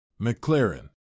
McLaren